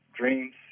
dreams